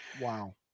Wow